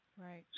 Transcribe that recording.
Right